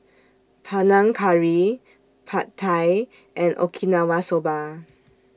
Panang Curry Pad Thai and Okinawa Soba